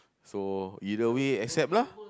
so either way accept lah